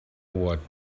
what